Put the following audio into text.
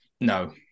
No